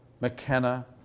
McKenna